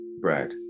Brad